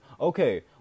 Okay